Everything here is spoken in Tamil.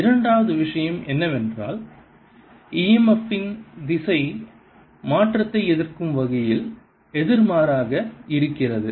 இரண்டாவது விஷயம் என்னவென்றால் e m f இன் திசை மாற்றத்தை எதிர்க்கும் வகையில் எதிர்மாறாக இருக்கிறது